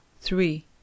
three